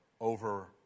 over